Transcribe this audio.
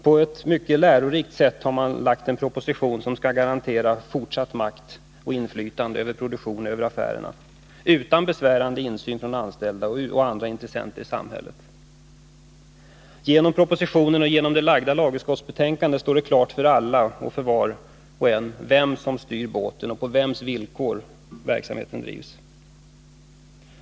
På ett mycket lärorikt sätt har man lagt fram en proposition som skall garantera fortsatt makt och inflytande över produktionen och över affärerna utan besvärande insyn för de anställda och andra intressenter i samhället. Genom propositionen och lagutskottsbetänkandet står det klart för alla och envar vem som styr båten och på vems villkor som verksamheten drivs.